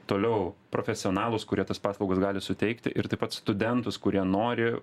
toliau profesionalūs kurie tas paslaugas gali suteikti ir taip pat studentus kurie nori